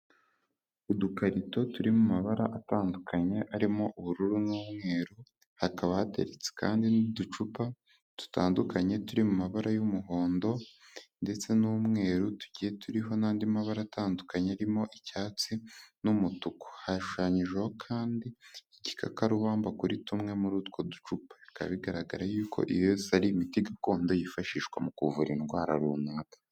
Udukarito turi mu mabara atandukanye arimo ubururu n'umweru, hakaba hateritse kandi n'uducupa, dutandukanye turi mu mabara y'umuhondo ndetse n'umweru, tugiye turiho n'andi mabara atandukanye arimo icyatsi, n'umutuku, hashushanyijeho kandi igikakarubamba kuri tumwe muri utwo ducupa, bikaba bigaragara yuko iyo ari imiti gakondo, yifashishwa mu kuvura indwara runaka.